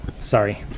Sorry